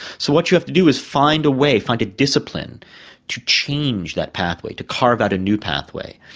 so what you have to do is find a way, find a discipline to change that pathway, to carve out a new pathway,